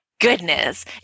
goodness